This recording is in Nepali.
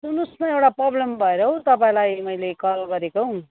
सुन्नुहोस् न एउटा प्रब्लम भएर हौ तपाईँलाई मैले कल गरेको हौ